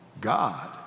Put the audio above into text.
God